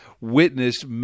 witnessed